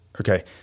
Okay